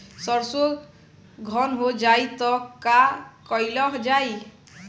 सरसो धन हो जाई त का कयील जाई?